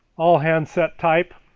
all handset type.